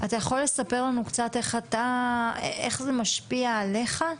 איך זה משפיע עליך?